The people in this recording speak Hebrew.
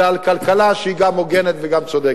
אלא על כלכלה שהיא גם הוגנת וגם צודקת.